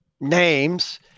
names